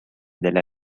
della